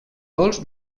dolç